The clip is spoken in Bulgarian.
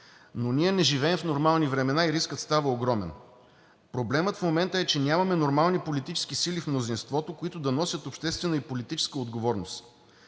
Но ние не живеем в нормални времена и рискът става огромен. Проблемът в момента е, че нямаме нормални политически сили в мнозинството, които да носят обществена и политическа отговорност.